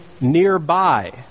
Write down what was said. nearby